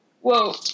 Whoa